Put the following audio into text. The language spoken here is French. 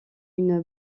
une